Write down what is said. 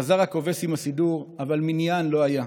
חזר הכובס עם הסידור, אבל מניין לא היה,